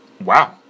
wow